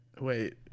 Wait